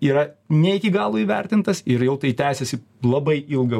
yra ne iki galo įvertintas ir jau tai tęsiasi labai ilgą